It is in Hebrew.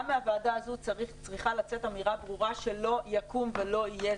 גם מהוועדה הזו צריכה לצאת אמירה ברורה שלא יקום ולא יהיה.